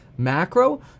Macro